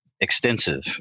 extensive